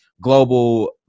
global